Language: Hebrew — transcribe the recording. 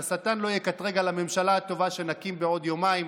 כדי שהשטן לא יקטרג על הממשלה הטובה שנקים בעוד יומיים,